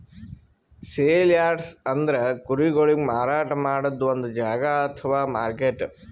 sale yards ಅಂದ್ರ ಕುರಿಗೊಳಿಗ್ ಮಾರಾಟ್ ಮಾಡದ್ದ್ ಒಂದ್ ಜಾಗಾ ಅಥವಾ ಮಾರ್ಕೆಟ್